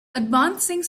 advancing